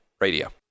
Radio